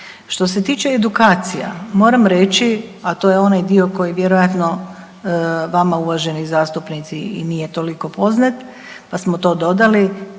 Što se tiče edukacija moram reći, a to je onaj dio koji vjerojatno vama uvaženi zastupnici i nije toliko poznat, pa smo to dodali,